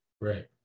Right